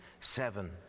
seven